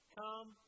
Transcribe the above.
come